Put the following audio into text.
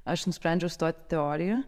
aš nusprendžiau stot į teoriją